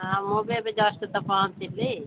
ହଁ ମୁଁ ବି ଏବେ ଜଷ୍ଟ ତ ପହଁଚିଲି